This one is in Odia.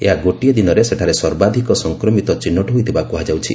ଏହା ଗୋଟିଏ ଦିନରେ ସେଠାରେ ସର୍ବାଧିକ ସଂକ୍ରମିତ ଚିହ୍ନଟ ହୋଇଥିବା କୁହାଯାଉଛି